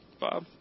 Bob